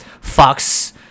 Fox